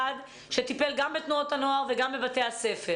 שטיפל גם בתנועות הנוער וגם בבתי-הספר.